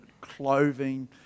clothing